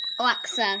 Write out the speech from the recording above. Alexa